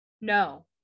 No